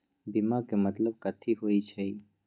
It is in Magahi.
बीमा के मतलब कथी होई छई?